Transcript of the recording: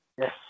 Yes